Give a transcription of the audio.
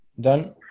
done